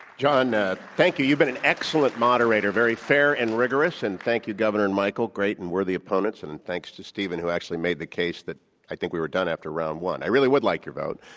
john, thank you you've been an excellent moderator, very fair and rigorous, and thank you governor and michael, great and worthy opponents. and thanks to stephen who actually made the case that i think we were done after round one. i really would like your vote,